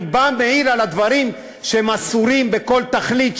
אני בא ומעיר על הדברים שהם אסורים בתכלית,